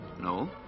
No